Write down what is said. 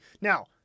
Now